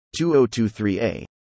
2023a